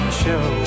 show